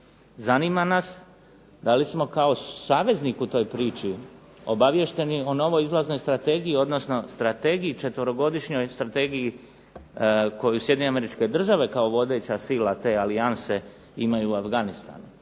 Zanima nas da li smo kao saveznik u toj priči obaviješteni o novoj izlaznoj strategiji, odnosno strategiji četverogodišnjoj strategiji koju Sjedinjene Američke Države kao vodeća sila te alijanse imaju u Afganistanu.